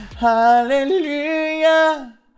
Hallelujah